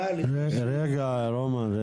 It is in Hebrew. לדבר על הזכויות שניתנו במסגרת התכנית שכבר